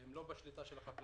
שהן לא בשליטה של החקלאי.